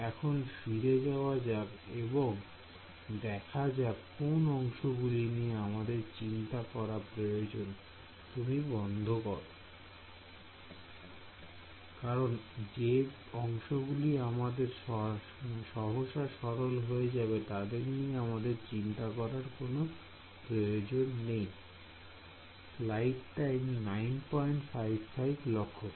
এখন ফিরে যাওয়া যাক এবং এবং দেখা যাক কোন অংশগুলি নিয়ে আমাদের চিন্তা করা প্রয়োজন তুমি বন্ধ করে